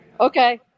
Okay